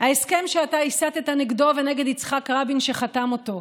ההסכם שאתה הסתָָ נגדו ונגד יצחק רבין, שחתם עליו.